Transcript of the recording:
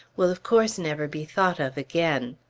will of course never be thought of again.